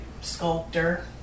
sculptor